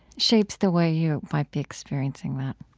shapes the way you might be experiencing that?